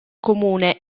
comune